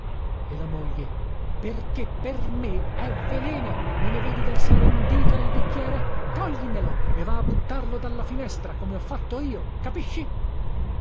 e la moglie perché per me è veleno me ne vedi versare un dito nel bicchiere toglimelo e va a buttarlo dalla finestra come ho fatto io capisci